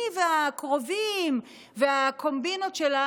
היא והקרובים והקומבינות שלה,